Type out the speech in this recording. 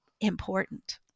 important